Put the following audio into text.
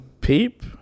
Peep